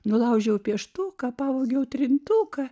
nulaužiau pieštuką pavogiau trintuką